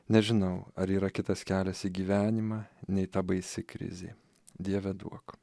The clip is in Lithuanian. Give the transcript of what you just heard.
nežinau ar yra kitas kelias į gyvenimą nei ta baisi krizė dieve duok